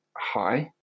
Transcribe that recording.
hi